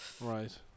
Right